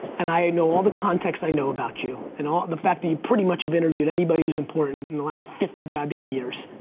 and i know all the context i know about you, and the fact that you pretty much have interviewed anybody who's important in the last fifty god damn years,